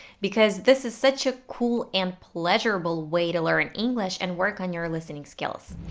because this is such a cool and pleasurable way to learn english and work on your listening skills.